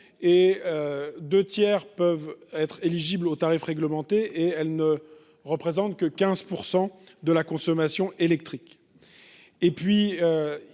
dont deux tiers peuvent être éligibles au tarif réglementé et elles ne représentent que 15 % de la consommation électrique.